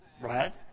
right